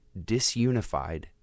disunified